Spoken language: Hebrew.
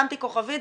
שמתי כוכבית,